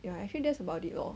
ya actually that's about it lor